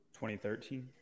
2013